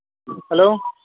hello